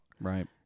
Right